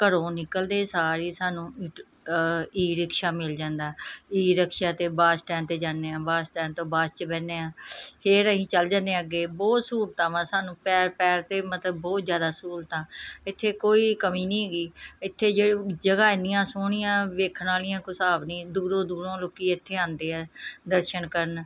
ਘਰੋਂ ਨਿਕਲਦੇ ਸਾਰ ਹੀ ਸਾਨੂੰ ਈ ਰਿਕਸ਼ਾ ਮਿਲ ਜਾਂਦਾ ਈ ਰਿਕਸ਼ਾ 'ਤੇ ਬੱਸ ਸਟੈਂਡ 'ਤੇ ਜਾਂਦੇ ਹਾਂ ਬੱਸ ਸਟੈਂਡ ਤੋਂ ਬੱਸ 'ਚ ਬਹਿੰਦੇ ਹਾਂ ਫੇਰ ਅਸੀਂ ਚਲ ਜਾਂਦੇ ਹਾਂ ਅੱਗੇ ਬਹੁਤ ਸਹੂਲਤਾਂ ਵਾ ਸਾਨੂੰ ਪੈਰ ਪੈਰ 'ਤੇ ਮਤਲਬ ਬਹੁਤ ਜ਼ਿਆਦਾ ਸਹੂਲਤਾਂ ਇੱਥੇ ਕੋਈ ਕਮੀ ਨਹੀਂ ਹੈਗੀ ਇੱਥੇ ਜਿਹੜੇ ਜ ਜਗ੍ਹਾ ਐਨੀਆਂ ਸੋਹਣੀਆਂ ਵੇਖਣ ਵਾਲੀਆਂ ਕੋਈ ਹਿਸਾਬ ਨਹੀਂ ਦੂਰੋਂ ਦੂਰੋਂ ਲੋਕ ਇੱਥੇ ਆਉਂਦੇ ਆ ਦਰਸ਼ਨ ਕਰਨ